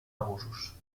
abusos